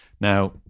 Now